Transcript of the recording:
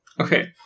Okay